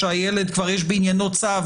שהילד יש כבר בעניינו צו,